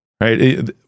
right